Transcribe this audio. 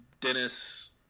Dennis